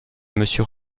monsieur